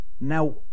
now